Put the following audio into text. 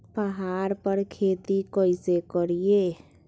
पहाड़ पर खेती कैसे करीये?